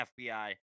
FBI